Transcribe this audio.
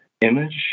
image